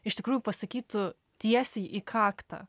iš tikrųjų pasakytų tiesiai į kaktą